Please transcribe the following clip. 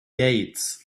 gates